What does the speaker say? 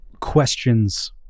questions